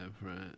right